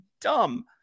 dumb